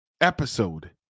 episode